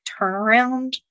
turnaround